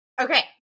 Okay